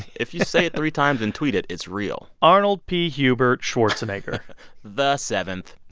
if you say it three times and tweet it, it's real arnold p. hubert schwarzenegger the seven